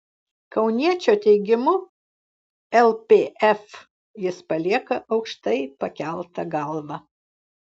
kauniečio teigimu lpf jis palieka aukštai pakelta galva